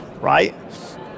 right